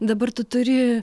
dabar tu turi